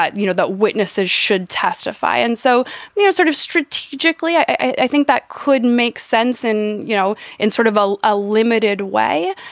but you know, that witnesses should testify. and so they're sort of strategically, i think that could make sense. and, you know, in sort of a ah limited way,